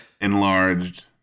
enlarged